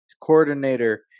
coordinator